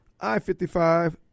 I-55